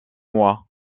mois